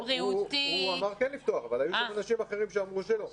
הוא אמר כן לפתוח אבל היו שם אנשים אחרים שאמרו שלא.